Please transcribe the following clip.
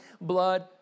blood